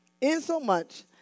insomuch